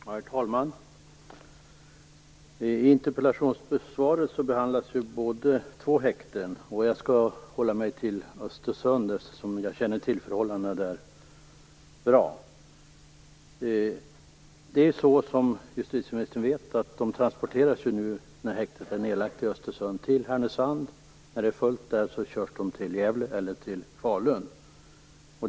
Herr talman! I interpellationssvaret behandlas två häkten. Jag skall hålla mig till det i Östersund, eftersom jag väl känner till förhållandena där. Som justitieministern vet transporteras folk till Härnösand nu när häktet i Östersund är nedlagt, och när det är fullt där körs de till Gävle eller Falun.